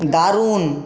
দারুণ